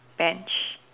Bench